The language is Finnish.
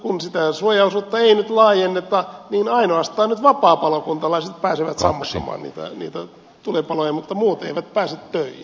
kun sitä suojaosuutta ei nyt laajenneta niin ainoastaan vapaapalokuntalaiset pääsevät nyt sammuttamaan niitä tulipaloja mutta muut eivät pääse töihin